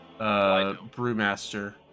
Brewmaster